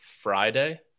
Friday